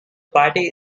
party